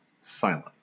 silent